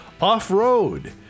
Off-Road